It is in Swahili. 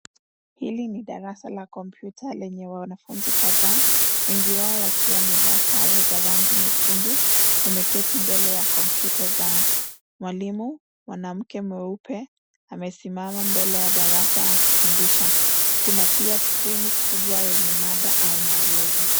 Hili ni darasa la kompyuta lenye wa wanafunzi kadhaa, wengi wao wakiwa wamevaa sare za rangi nyekundu wameketi mbele ya kompyuta zao. Mwalimu, mwanamke mweupe, amesimama mbele ya darasa akifundisha. Kuna pia skrini kubwa yenye mada au maelezo.